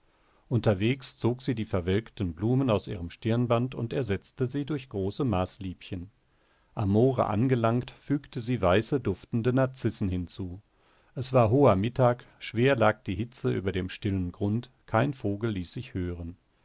unterwegs zog sie die verwelkten blumen aus ihrem stirnband und ersetzte sie durch große maßliebchen am moore angelangt fügte sie weiße duftende narzissen hinzu es war hoher mittag schwer lag die hitze über dem stillen grund kein vogel ließ sich hören